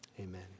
amen